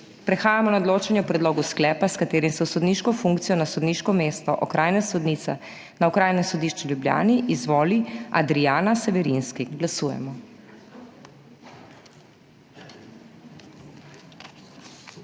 Prehajamo na odločanje o predlogu sklepa, s katerim se v sodniško funkcijo na sodniško mesto okrajne sodnice na Okrajnem sodišču v Ljubljani izvoli Adrijana Severinski. Glasujemo.